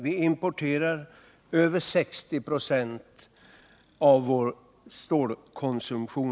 Vi importerar över 60 96 av vår stålkonsumtion.